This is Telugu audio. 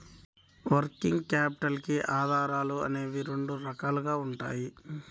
వర్కింగ్ క్యాపిటల్ కి ఆధారాలు అనేవి రెండు రకాలుగా ఉంటాయి